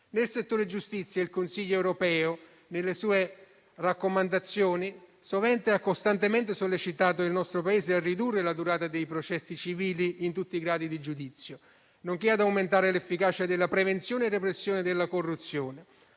Nel settore giustizia il Consiglio europeo nelle sue raccomandazioni ha costantemente sollecitato il nostro Paese a ridurre la durata dei processi civili in tutti i gradi di giudizio, nonché ad aumentare l'efficacia della prevenzione e repressione della corruzione.